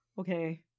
okay